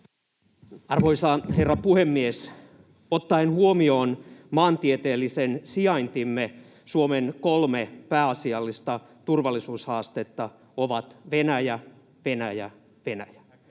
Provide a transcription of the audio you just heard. Arvoisa herra puhemies! Ottaen huomioon maantieteellisen sijaintimme Suomen kolme pääasiallista turvallisuushaastetta ovat Venäjä, Venäjä, Venäjä.